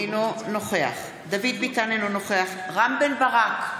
אינו נוכח רם בן ברק,